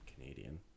Canadian